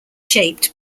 shaped